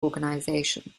organization